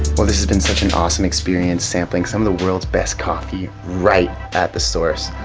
so this has been such an awesome experience sampling some of the world's best coffee right at the source.